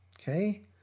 Okay